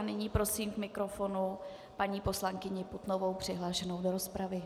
Nyní prosím k mikrofonu paní poslankyni Putnovou přihlášenou do rozpravy.